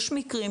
יש מקרים,